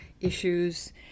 issues